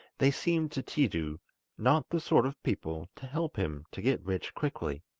they seemed to tiidu not the sort of people to help him to get rich quickly.